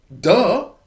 duh